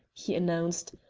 he announced,